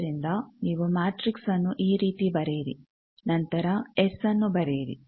ಆದ್ದರಿಂದ ನೀವು ಮ್ಯಾಟ್ರಿಕ್ಸ್ನ್ನು ಈ ರೀತಿ ಬರೆಯಿರಿ ನಂತರ ಎಸ್ ನ್ನು ಬರೆಯಿರಿ